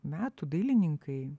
metų dailininkai